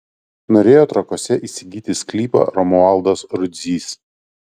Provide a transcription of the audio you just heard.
norėjo trakuose įsigyti sklypą romualdas rudzys